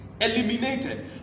eliminated